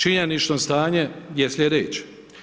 Činjenično stanje je slijedeće.